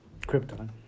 Krypton